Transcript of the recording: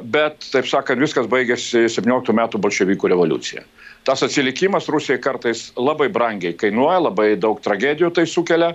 bet taip sakant viskas baigėsi septynioliktų metų bolševikų revoliucija tas atsilikimas rusijai kartais labai brangiai kainuoja labai daug tragedijų tai sukelia